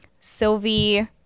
Sylvie